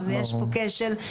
אז יש פה כשל.